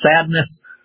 sadness